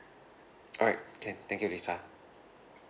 all right can thank you lisa